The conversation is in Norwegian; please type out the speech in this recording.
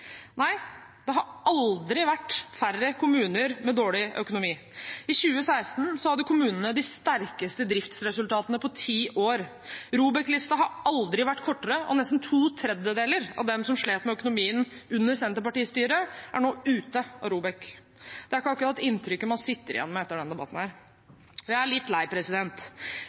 Nei. Det har aldri vært færre kommuner med dårlig økonomi. I 2016 hadde kommunene det sterkeste driftsresultatet på ti år. ROBEK-listen har aldri vært kortere, nesten to tredjedeler av dem som slet med økonomien under Senterparti-styre, er nå ute av ROBEK-listen. Det er ikke akkurat inntrykket man sitter igjen med etter denne debatten. Jeg er litt lei